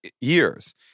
years